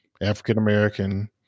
African-American